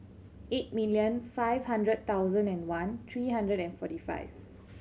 eight million five hundred thousand and one three hundred and forty two